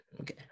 Okay